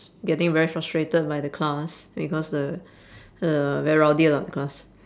getting very frustrated by the class because the the very rowdy lah the class